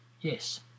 yes